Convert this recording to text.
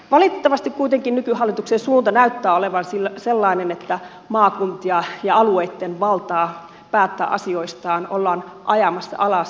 valitettavasti kuitenkin nykyhallituksen suunta näyttää olevan sellainen että maakuntien ja alueitten valtaa päättää asioistaan ollaan ajamassa alas